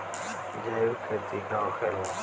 जैविक खेती का होखेला?